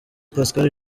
pascal